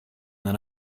than